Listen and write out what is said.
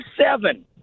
seven